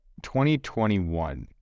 2021